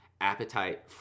Appetite